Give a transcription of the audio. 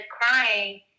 crying